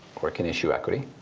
or it can issue equity.